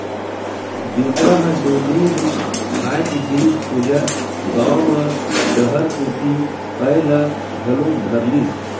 बेंदरा ह डोगरी ले खाए के जिनिस खोजत गाँव म डहर कोती अये ल घलोक धरलिस